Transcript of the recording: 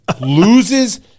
Loses